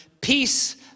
Peace